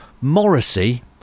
Morrissey